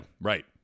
right